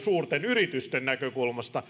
yritysten näkökulmasta